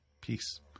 peace